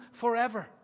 forever